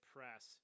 Press